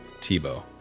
Tebow